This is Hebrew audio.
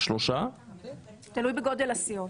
תלוי בגודל הסיעות.